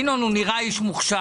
ינון, הוא נראה איש מוכשר.